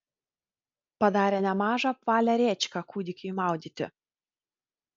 padarė nemažą apvalią rėčką kūdikiui maudyti